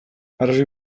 arrazoi